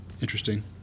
Interesting